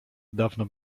dawno